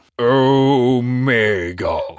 Omega